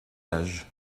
âge